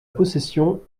possession